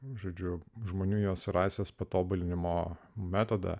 žodžiu žmonijos rasės patobulinimo metodą